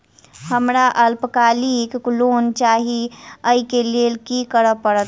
हमरा अल्पकालिक लोन चाहि अई केँ लेल की करऽ पड़त?